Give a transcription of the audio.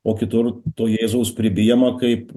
o kitur to jėzaus pribijoma kaip